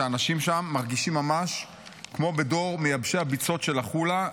שהאנשים שם מרגישים ממש כמו בדור מייבשי הביצות של החולה,